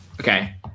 okay